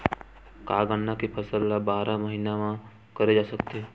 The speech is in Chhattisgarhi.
का गन्ना के फसल ल बारह महीन करे जा सकथे?